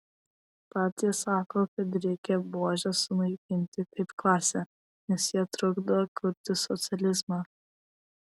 partija sako kad reikia buožes sunaikinti kaip klasę nes jie trukdo kurti socializmą